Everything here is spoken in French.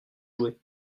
jouer